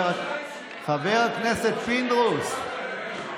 חבר הכנסת פינדרוס,